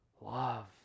love